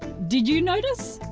did you notice?